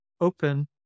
open